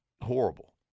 horrible